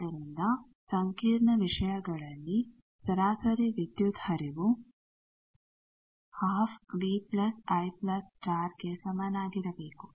ಆದ್ದರಿಂದ ಸಂಕೀರ್ಣ ವಿಷಯಗಳಲ್ಲಿ ಸರಾಸರಿ ವಿದ್ಯುತ್ ಹರಿವು ಗೆ ಸಮನಾಗಿರಬೇಕು